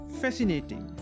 Fascinating